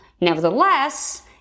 Nevertheless